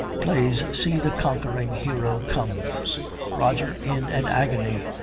plays see the conquering hero comes roger, in an agony,